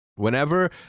Whenever